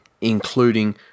including